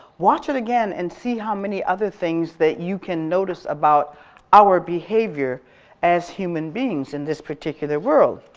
watch it again and see how many other things that you can notice about our behavior as human beings in this particular world.